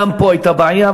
גם פה הייתה בעיה,